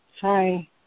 Hi